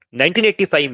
1985